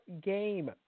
game